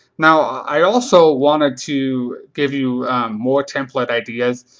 now, i also wanted to give you more template ideas.